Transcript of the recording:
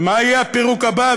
ומה יהיה הפירוק הבא?